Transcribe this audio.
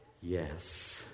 yes